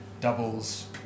doubles